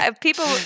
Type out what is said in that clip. people